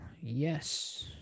yes